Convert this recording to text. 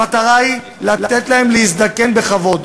המטרה היא לתת להם להזדקן בכבוד.